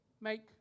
make